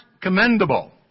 commendable